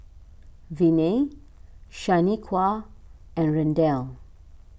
Viney Shaniqua and Randall